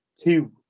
two